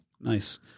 Nice